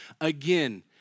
again